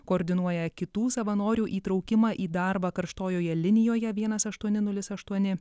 koordinuoja kitų savanorių įtraukimą į darbą karštojoje linijoje vienas aštuoni nulis aštuoni